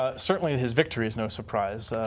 ah certainly his victory is no surprise.